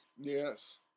yes